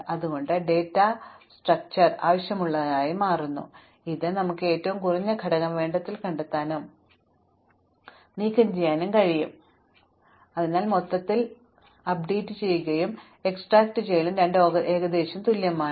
അതിനാൽ നമുക്ക് data structure ആവശ്യമുള്ളതിനാൽ ഇത് മാറുന്നു അതിൽ നമുക്ക് ഏറ്റവും കുറഞ്ഞ ഘടകം വേഗത്തിൽ കണ്ടെത്താനും നീക്കംചെയ്യാനും കഴിയും എന്നാൽ ഞങ്ങൾക്ക് അത് ലഭിച്ചുകഴിഞ്ഞാൽ മൂല്യങ്ങൾ വേഗത്തിൽ അപ്ഡേറ്റ് ചെയ്യാനും ഞങ്ങൾക്ക് കഴിയേണ്ടതുണ്ട് അതിനാൽ മൊത്തത്തിൽ അപ്ഡേറ്റുചെയ്യലും എക്സ്ട്രാക്റ്റുചെയ്യലും രണ്ടും ഏകദേശം തുല്യമാണ്